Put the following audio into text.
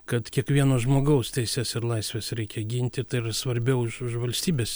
kad kiekvieno žmogaus teises ir laisves reikia ginti tai ir svarbiau už už valstybės